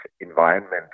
environment